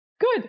good